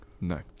No